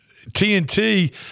TNT